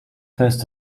first